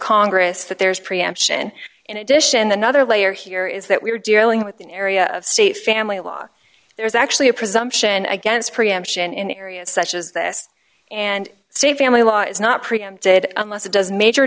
congress that there's preemption in addition another layer here is that we're dealing with an area of state family law there's actually a presumption against preemption in areas such as this and say family law is not preempted unless it does major